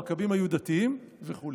המכבים היו דתיים וכו'.